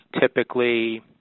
typically